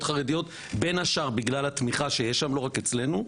חרדיות בין השאר בגלל התמיכה שיש שם ולא רק אצלנו,